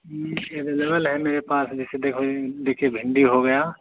जी available है मेरे पास जैसे देखो देखिए भिंडी हो गया